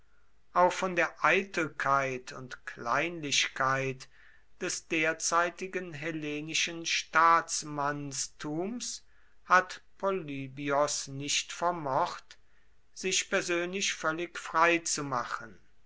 auch von der eitelkeit und kleinlichkeit des derzeitigen hellenischen staatsmannstums hat polybios nicht vermocht sich persönlich völlig frei zu machen